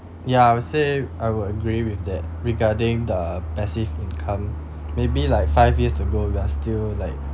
ya I would say I will agree with that regarding the passive income maybe like five years ago we are still like